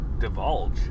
divulge